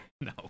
No